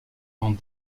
land